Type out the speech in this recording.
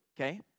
okay